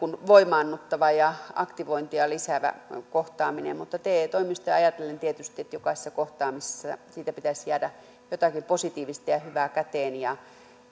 voimaannuttava ja aktivointia lisäävä kohtaaminen mutta te toimistoja ajatellen tietysti jokaisesta kohtaamisesta pitäisi jäädä jotakin positiivista ja ja hyvää käteen ja